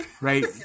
right